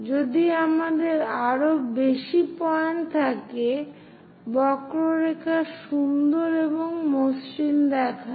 যদি আমাদের আরও বেশি পয়েন্ট থাকে বক্ররেখা সুন্দর এবং মসৃণ দেখায়